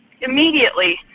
immediately